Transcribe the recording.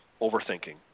overthinking